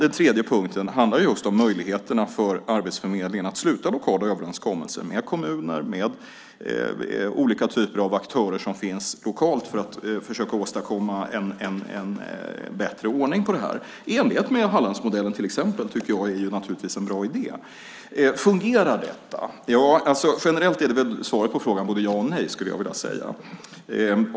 En tredje punkt handlar om Arbetsförmedlingens möjligheter att sluta lokala överenskommelser med kommuner och med olika typer av aktörer lokalt för att försöka åstadkomma en bättre ordning, till exempel i enlighet med Hallandsmodellen. Det tycker jag naturligtvis är en bra idé. Fungerar då detta? Ja, generellt är väl svaret på den frågan både ja och nej, skulle jag vilja säga.